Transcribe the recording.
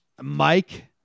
Mike